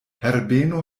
herbeno